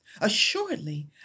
Assuredly